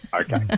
Okay